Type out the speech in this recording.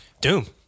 Doom